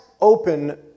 open